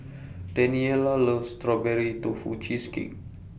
Daniella loves Strawberry Tofu Cheesecake